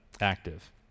active